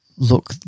Look